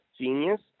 genius